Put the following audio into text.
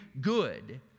good